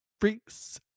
freaks